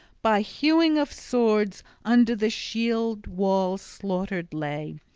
by hewing of swords under the shield-wall slaughtered lay,